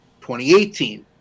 2018